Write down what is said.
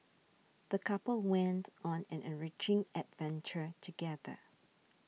the couple went on an enriching adventure together